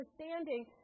understanding